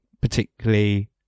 particularly